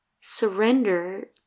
surrender